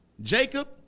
Jacob